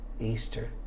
easter